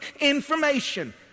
information